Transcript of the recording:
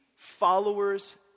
followers